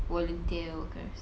volunteer workers